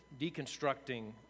deconstructing